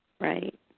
Right